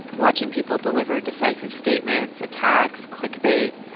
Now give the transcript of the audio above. watching people deliver decisive statements, attacks, clickbait,